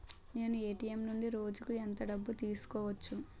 నేను ఎ.టి.ఎం నుండి రోజుకు ఎంత డబ్బు తీసుకోవచ్చు?